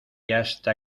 hasta